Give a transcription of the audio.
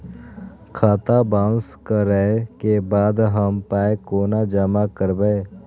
खाता बाउंस करै के बाद हम पाय कोना जमा करबै?